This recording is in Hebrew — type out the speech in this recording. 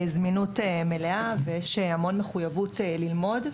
זמינות מלאה ויש המון מחויבות ללמוד.